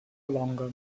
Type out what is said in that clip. longer